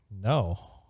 No